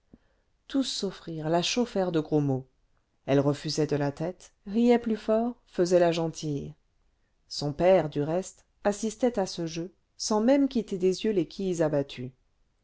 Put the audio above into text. tous s'offrirent la chauffèrent de gros mots elle refusait de la tête riait plus fort faisait la gentille son père du reste assistait à ce jeu sans même quitter des yeux les quilles abattues